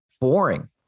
boring